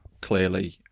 clearly